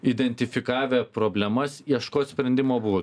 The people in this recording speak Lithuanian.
identifikavę problemas ieškot sprendimo būdų